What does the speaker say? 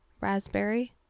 raspberry